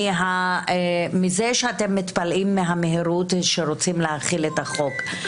מזה שאתם מתפלאים מהמהירות שרוצים להחיל את החוק.